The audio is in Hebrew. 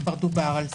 וכבר דובר על זה.